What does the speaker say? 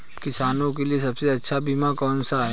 किसानों के लिए सबसे अच्छा बीमा कौन सा है?